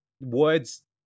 words